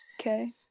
Okay